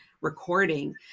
recording